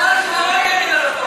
לא נגד הרפורמים.